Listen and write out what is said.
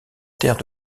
terre